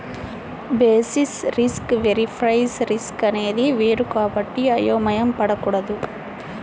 basis risk వేరు price risk అనేది వేరు కాబట్టి అయోమయం పడకూడదు